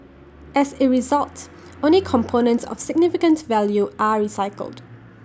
as A result only components of significant value are recycled